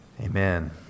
Amen